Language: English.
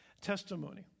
testimony